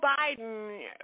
Biden